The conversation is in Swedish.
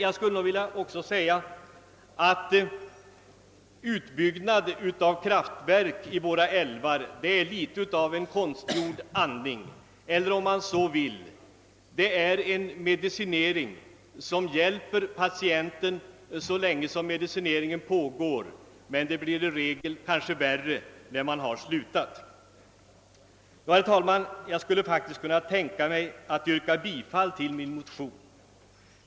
Jag skulle vilja tillägga, att utbyggnad av kraftverk i våra älvar är litet av konstgjord andning eller — om man så vill — en medicinering som hjäl per patienten så länge medicineringen pågår men som kanske gör tillståndet än värre när den uppbör. Herr talman! Jag skulle faktiskt kunna tänka mig att yrka bifall till min motion.